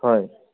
হয়